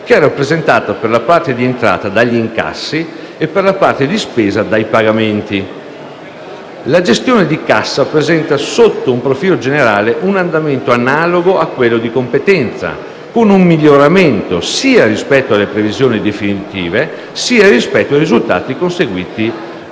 che è rappresentata, per la parte di entrata, dagli incassi e, per la parte di spesa, dai pagamenti. La gestione di cassa presenta, sotto un profilo generale, un andamento analogo a quella di competenza, con un miglioramento sia rispetto alle previsioni definitive sia rispetto ai risultati conseguiti